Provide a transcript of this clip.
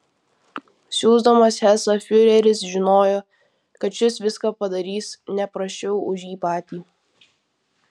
siųsdamas hesą fiureris žinojo kad šis viską padarys ne prasčiau už jį patį